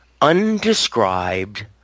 undescribed